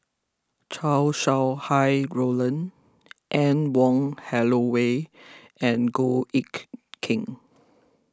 Chow Sau Hai Roland Anne Wong Holloway and Goh Eck Kheng